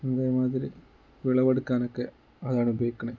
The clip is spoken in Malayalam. അതേമാതിരി വിളവെടുക്കാനൊക്കെ അതാണ് ഉപയോഗിക്കണത്